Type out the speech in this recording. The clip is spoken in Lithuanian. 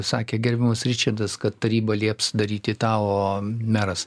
sakė gerbiamas ričardas kad taryba lieps daryti tą o meras